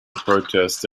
protest